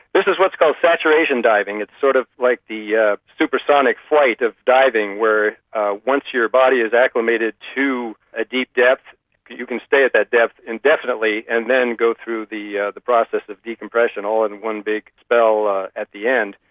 this is what's called saturation diving. it's sort of like the yeah supersonic flight of diving where once your body is acclimated to ah deep depths you can stay at that depth indefinitely and then go through the yeah the process of decompression all in one big spell ah at the end.